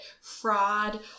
fraud